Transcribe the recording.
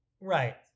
Right